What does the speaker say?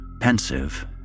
pensive